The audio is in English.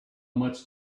much